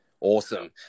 Awesome